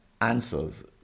answers